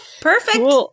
Perfect